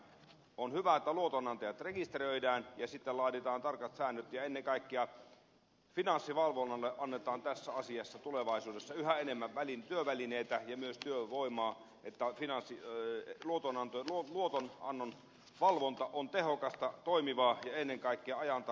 on hyvä että luotonantajat rekisteröidään ja sitten laaditaan tarkat säännöt ja ennen kaikkea finanssivalvonnalle annetaan tässä asiassa tulevaisuudessa yhä enemmän työvälineitä ja myös työvoimaa että finanssi oyn luotonantotko muuten jotta luotonannon valvonta on tehokasta toimivaa ja ennen kaikkea ajantasaista